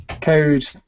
code